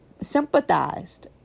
sympathized